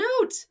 Note